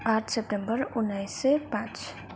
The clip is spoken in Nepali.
पाँच सेप्टेम्बर उन्नाइस सय पाँच